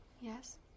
Yes